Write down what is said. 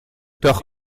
doch